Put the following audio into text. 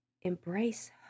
embrace